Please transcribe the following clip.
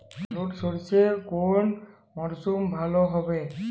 হলুদ সর্ষে কোন মরশুমে ভালো হবে?